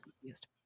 confused